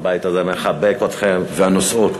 הבית הזה מחבק אתכם, והנושאות.